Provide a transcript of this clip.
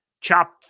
chop